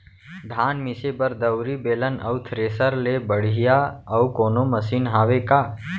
धान मिसे बर दउरी, बेलन अऊ थ्रेसर ले बढ़िया अऊ कोनो मशीन हावे का?